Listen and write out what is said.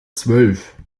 zwölf